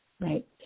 right